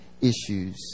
issues